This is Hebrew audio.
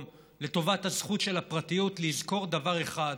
לטובת הזכות של הפרטיות לזכור דבר אחד: